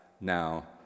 now